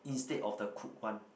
instead of the cook one